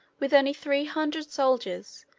with only three hundred soldiers,